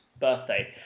birthday